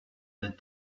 that